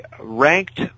ranked